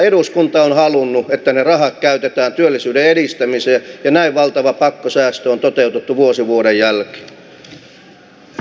eduskunta on halunnut että ne rahat käytetään työllisyyden edistämiseen ja näin valtava pakkosäästö on toteutettu vuosi vuoden jälkeen